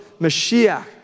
Mashiach